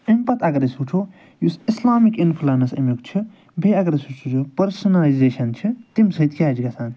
أمۍ پتہٕ اگر أسۍ وُچھَو یُس اِسلامِک اِنٛفُلَنٕس أمیُک چھِ بیٚیہِ اگر أسۍ وُچھَو پٕرسَنایزیشَن چھِ تٔمۍ سۭتۍ کیٛاہ چھِ گژھان